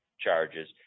charges